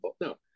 No